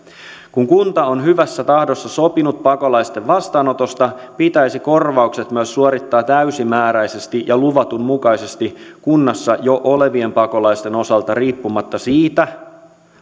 kun kunta on hyvässä tahdossa sopinut pakolaisten vastaanotosta pitäisi korvaukset myös suorittaa täysimääräisesti ja luvatun mukaisesti kunnassa jo olevien pakolaisten osalta riippumatta siitä